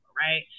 right